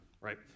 right